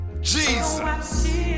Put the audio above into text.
Jesus